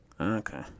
Okay